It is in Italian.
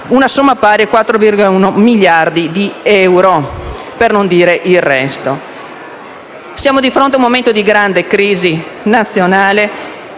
una somma pari a 4,1 miliardi di euro, per non dire del resto. Siamo di fronte a un momento di grande crisi nazionale.